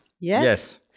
Yes